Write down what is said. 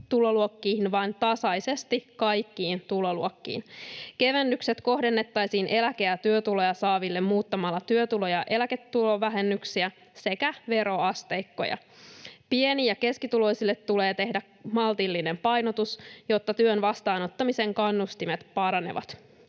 tuloluokkiin vaan tasaisesti kaikkiin tuloluokkiin. Kevennykset kohdennettaisiin eläke- ja työtuloja saaville muuttamalla työtulo- ja eläketulovähennyksiä sekä veroasteikkoja. Pieni- ja keskituloisille tulee tehdä maltillinen painotus, jotta työn vastaanottamisen kannustimet paranevat.